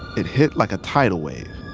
it hit like a tidal wave.